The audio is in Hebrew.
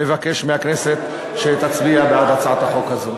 ומבקש מהכנסת שתצביע בעד הצעת החוק הזו.